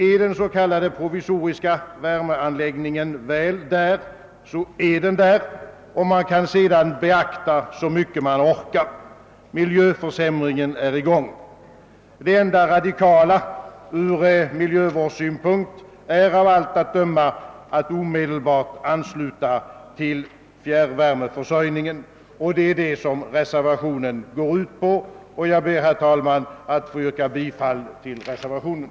är den så kallade provisoriska värmeanläggningen väl där så är den — och man kan sedan »beakta» så mycket man orkar. Miljöförsämringen är i gång. Det enda radikala från miljövårdssynpunkt är av allt att döma att omedelbart ansluta till fjärrvärmeförsörjningen, vilket reservationen går ut på. Herr talman! Jag ber att få yrka bifall till reservationen.